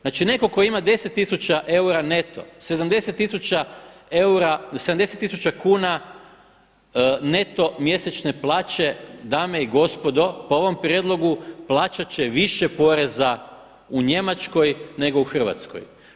Znači netko tko ima 10 tisuća eura neto, 70 tisuća eura, 70 tisuća kuna neto mjesečne plaće dame i gospodo po ovom prijedlogu plaćati će više poreza u Njemačkoj nego u Hrvatskoj.